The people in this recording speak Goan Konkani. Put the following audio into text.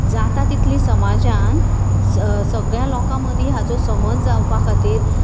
जाता तितली समाजान सगळ्यां लोका मदीं हाचो समज जावपा खातीर